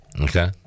Okay